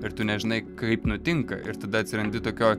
ir tu nežinai kaip nutinka ir tada atsirandi tokioj